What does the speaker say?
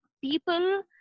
people